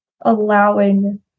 allowing